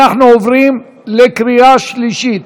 אנחנו עוברים לקריאה שלישית.